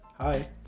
Hi